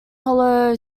hollow